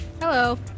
Hello